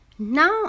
Now